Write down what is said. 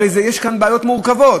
הרי יש כאן בעיות מורכבות.